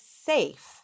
safe